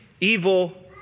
evil